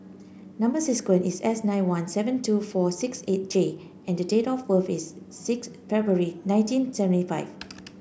number sequence is S nine one seven two four six eight J and date of birth is six February nineteen seventy five